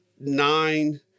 nine